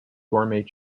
gourmet